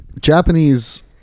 Japanese